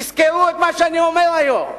תזכרו את מה שאני אומר היום.